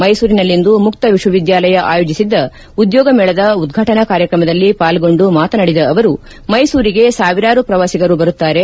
ಮೈಸೂರಿನಲ್ಲಿಂದು ಮುಕ್ತ ವಿಶ್ವವಿದ್ನಾಲಯ ಆಯೋಜಿಸಿದ್ದ ಉದ್ಯೋಗ ಮೇಳ ಉದ್ಯಾಟನಾ ಕಾರ್ಯಕ್ರಮದಲ್ಲಿ ಪಾಲ್ಗೊಂಡು ಮಾತನಾಡಿದ ಅವರು ಮೈಸೂರಿಗೆ ಸಾವಿರಾರು ಪ್ರವಾಸಿಗರು ಬರುತ್ತಾರೆ